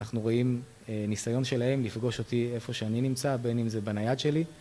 אנחנו רואים ניסיון שלהם לפגוש אותי איפה שאני נמצא, בין אם זה בנייד שלי